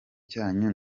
cyanyu